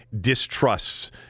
distrusts